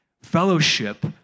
fellowship